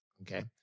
Okay